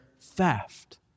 theft